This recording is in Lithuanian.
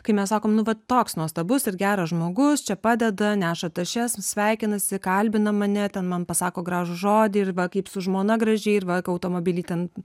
kai mes sakom nu va toks nuostabus ir geras žmogus čia padeda neša tašes sveikinasi kalbina mane ten man pasako gražų žodį ir va kaip su žmona gražiai ir va automobilį ten